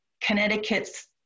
Connecticut's